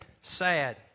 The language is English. sad